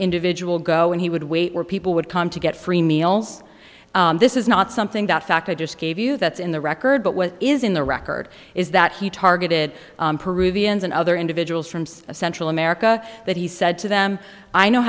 individual go and he would wait where people would come to get free meals this is not something that fact i just gave you that's in the record but what is in the record is that he targeted peruvians and other individuals from central america that he said to them i know